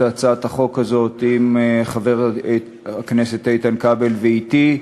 הצעת החוק הזאת עם חבר הכנסת איתן כבל ואתי,